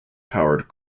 powered